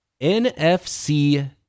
NFC